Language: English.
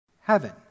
heaven